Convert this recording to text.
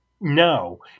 No